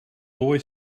boy